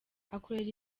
akorera